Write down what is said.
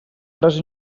tres